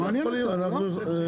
לא צריך בחוק.